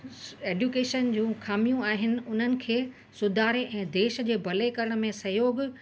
education जूं खामियूं आहिनि उन्हनि खे सुधारे ऐं देश जे भले करण में सहयोग